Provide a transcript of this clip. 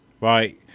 right